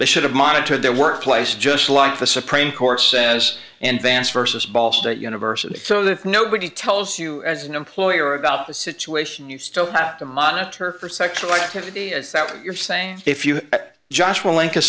they should have monitored their workplace just like the supreme court says and vance versus ball state university so that if nobody tells you as an employer about the situation you still have to monitor for sexual activity is that what you're saying if you josh